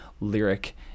lyric